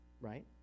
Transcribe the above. right